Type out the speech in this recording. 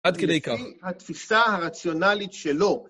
עד כדי כך. התפיסה הרציונלית שלו.